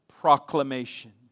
proclamation